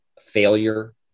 failure